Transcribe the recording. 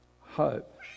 hope